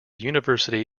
university